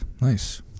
nice